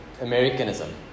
Americanism